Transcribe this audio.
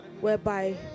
whereby